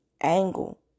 angle